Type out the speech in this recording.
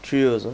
trios ah